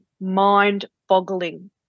mind-boggling